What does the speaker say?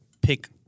pick